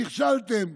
נכשלתם: